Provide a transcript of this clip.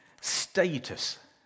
status